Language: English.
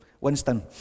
Winston